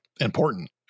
important